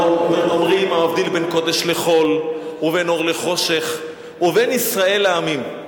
אנחנו אומרים: המבדיל בין קודש לחול ובין אור לחושך ובין ישראל לעמים.